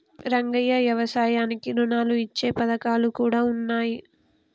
రంగయ్య యవసాయానికి రుణాలు ఇచ్చే పథకాలు కూడా ఉన్నాయి